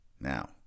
Now